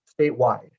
statewide